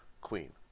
Queen